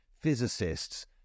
physicists